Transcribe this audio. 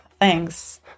thanks